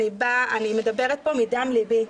אני מדברת פה מדם ליבי.